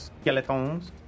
skeletons